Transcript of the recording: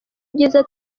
ibyiza